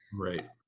right